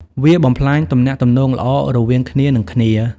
វាបំផ្លាញទំនាក់ទំនងល្អរវាងគ្នានឹងគ្នា។